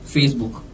Facebook